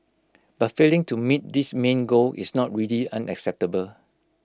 but failing to meet this main goal is not really unacceptable